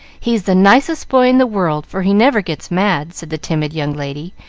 he's the nicest boy in the world, for he never gets mad, said the timid young lady,